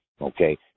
okay